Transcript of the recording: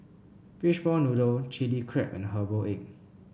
Fishball Noodle Chilli Crab and Herbal Egg